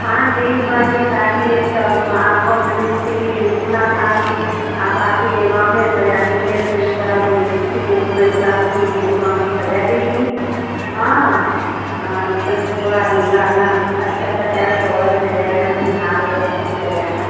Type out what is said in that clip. हाँ मेरी बहन की शादी है तब आपको मने जैसे कि सुना था कि आप आती हैं गाँव में सजाने के लिए तो मैंने बोला कि उसी को मैं बोला लूँ मेरी बहन को सजा देगी हाँ हाँ तो तनिक थोड़ा लहँगा अच्छा सा टाइप और ले लै आना तनि हार ओर अच्छा से लै आना